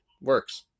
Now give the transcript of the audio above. works